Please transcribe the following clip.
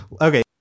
Okay